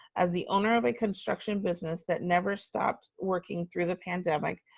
as the owner of a construction business that never stopped working through the pandemic,